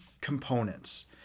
components